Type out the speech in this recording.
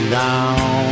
down